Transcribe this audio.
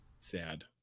sad